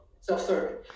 self-serving